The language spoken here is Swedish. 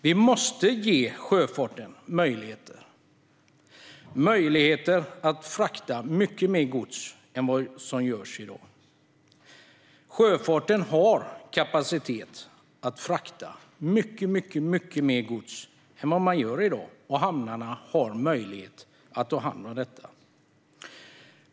Vi måste ge sjöfarten möjligheter att frakta mycket mer gods än vad som görs i dag. Sjöfarten har kapacitet att frakta mycket mer gods än vad man gör i dag, och hamnarna har möjlighet att ta hand om detta.